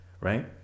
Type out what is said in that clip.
right